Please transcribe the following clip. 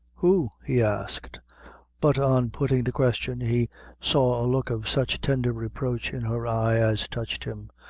who? he asked but on putting the question, he saw a look of such tender reproach in her eye as touched him.